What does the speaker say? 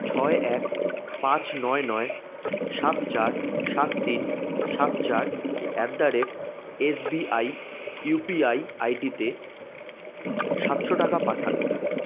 ছয় এক পাঁচ নয় নয় সাত চার সাত তিন সাত চার at the rate S B I U P I I D তে সাতশো টাকা পাঠান